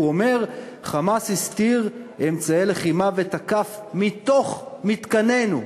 הוא אומר: "חמאס" הסתיר אמצעי לחימה ותקף מתוך מתקנינו,